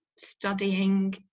studying